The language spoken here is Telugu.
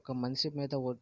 ఒక మనిషి మీద ఒ